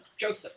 Joseph